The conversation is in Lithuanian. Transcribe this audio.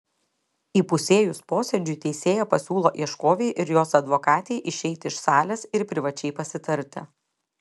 įpusėjus posėdžiui teisėja pasiūlo ieškovei ir jos advokatei išeiti iš salės ir privačiai pasitarti